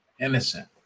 innocent